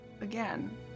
again